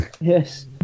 Yes